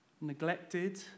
neglected